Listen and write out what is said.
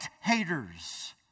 haters